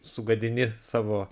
sugadini savo